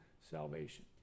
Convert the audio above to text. salvation